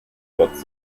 kurz